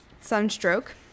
sunstroke